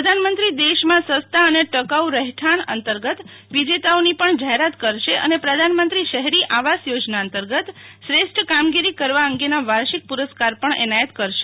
પ્રધાનમંત્રી દેશમાં સસ્તા અને ટકાઉ રહેઠાંણ ઉત્પ્રરેક આશા અંતર્ગત વિજેતાઓની પણ જાહેરાત કરશે અને પ્રધાનમંત્રી શહેરી આવાસ યોજના અંતર્ગત શ્રેષ્ઠ કામગીરી કરવા અંગેના વાર્ષિક પુરસ્કાર પણ એનાયત કરશે